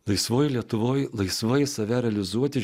laisvoje lietuvoje laisvai save realizuoti